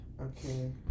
Okay